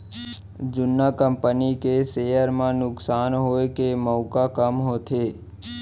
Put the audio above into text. जुन्ना कंपनी के सेयर म नुकसान होए के मउका कम होथे